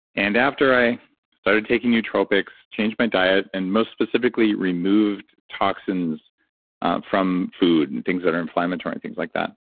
and after i started taking nootropics, changed my diet, and most specifically removed toxins from food and things that are inflammatory, and things like that,